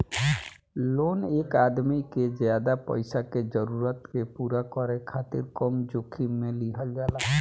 loan एक आदमी के ज्यादा पईसा के जरूरत के पूरा करे खातिर कम जोखिम में लिहल जाला